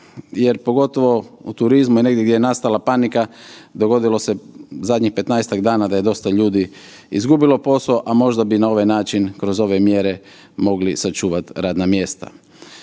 jer pogotovo u turizmu i negdje gdje je nastala panika, dogodilo se zadnjih 15-tak dana da je dosta ljudi izgubilo posao, a možda bi na ovaj način kroz ove mjere mogli sačuvati radna mjesta.